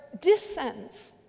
descends